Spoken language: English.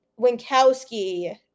Winkowski